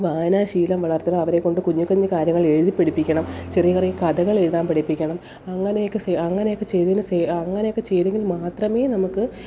വായന ശീലം വളർത്തണം അവരെക്കൊണ്ട് കുഞ്ഞി കുഞ്ഞി കാര്യങ്ങൾ എഴുതി പഠിപ്പിക്കണം ചെറിയ ചെറിയ കഥകളെഴുതാൻ പഠിപ്പിക്കണം അങ്ങനെയൊക്കെ സെ അങ്ങനെയൊക്കെ ചെയ്തതിനു സേ അങ്ങനെയൊക്കെ ചെയ്തതെങ്കിൽ മാത്രമേ നമുക്ക്